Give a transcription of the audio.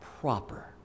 proper